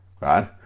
right